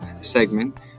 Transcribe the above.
segment